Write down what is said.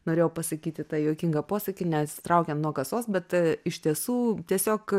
norėjau pasakyti tą juokingą posakį neatsitraukiant nuo kasos bet iš tiesų tiesiog